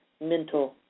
mental